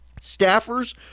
staffers